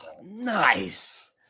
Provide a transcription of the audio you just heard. nice